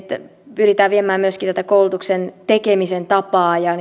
pyritään viemään myöskin koulutuksen tekemisen tapaa ja